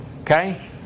okay